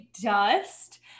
dust